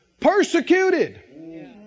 Persecuted